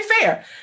fair